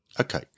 Okay